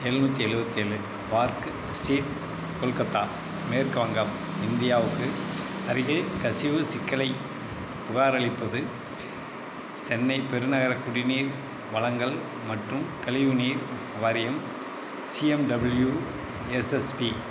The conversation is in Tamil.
எழுநூத்தி எழுவத்தேலு பார்க்கு ஸ்ட்ரீட் கொல்கத்தா மேற்கு வங்கம் இந்தியாவுக்கு அருகில் கசிவு சிக்கலை புகாரளிப்பது சென்னை பெருநகரக் குடிநீர் வழங்கல் மற்றும் கழிவு நீர் வாரியம் சிஎம்டபுள்யூ எஸ்எஸ்பி